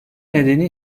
nedeni